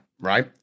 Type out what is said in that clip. right